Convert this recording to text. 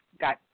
got